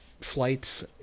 flights